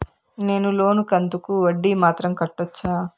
నేను లోను కంతుకు వడ్డీ మాత్రం కట్టొచ్చా?